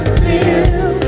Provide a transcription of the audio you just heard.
feel